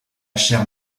chère